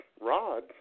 Rod